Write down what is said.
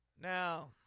Now